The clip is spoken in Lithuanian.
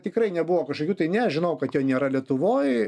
tikrai nebuvo kažkokių tai ne žinojau kad jo nėra lietuvoj